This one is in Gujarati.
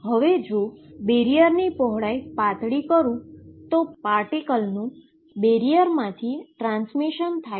હવે જો હું બેરીઅરની પહોળાઈ પાતળી કરુ તો પાર્ટીકલનું બેરીઅરમાંથી ટ્રાન્સમીશન થાય છે